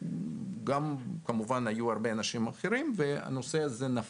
והיו כמובן עוד הרבה אנשים אחרים והנושא הזה נפל.